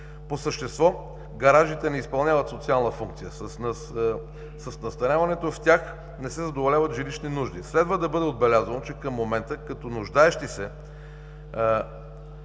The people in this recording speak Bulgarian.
По същество гаражите не изпълняват социална функция. С настаняването в тях не се задоволяват жилищни нужди. Следва да бъде отбелязано, че към момента като нуждаещи се